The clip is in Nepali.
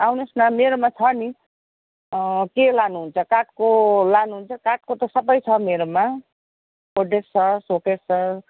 आउनुहोस् न मेरोमा छ नि के लानुहुन्छ काठको लानुहुन्छ काठको त सबै छ मेरोमा गोद्रेज छ सोकेस छ